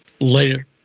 later